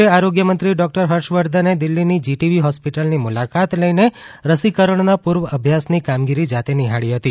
કેન્દ્રીય આરોગ્ય મંત્રી ડોકટર હર્ષવર્ધને દિલ્હીની જીટીબી હોસ્પિટલની મુલાકાત લઇને રસીકરણના પુર્વાભ્યાસની કામગીરી જાતે નીહાળી હતી